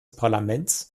parlaments